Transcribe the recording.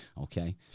okay